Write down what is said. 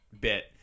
bit